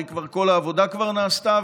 הרי כל העבודה כבר נעשתה,